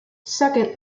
second